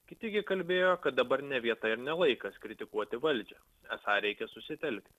kiti gi kalbėjo kad dabar ne vieta ir ne laikas kritikuoti valdžią esą reikia susitelkti